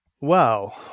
Wow